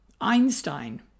Einstein